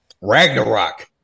Ragnarok